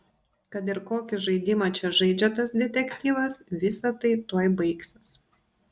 kad ir kokį žaidimą čia žaidžia tas detektyvas visa tai tuoj baigsis